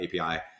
API